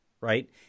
right